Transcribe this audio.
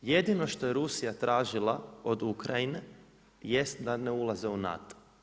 Jedino što je Rusija tražila od Ukrajine jest da ne ulaze u NATO.